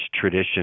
tradition